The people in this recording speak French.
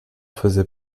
faisait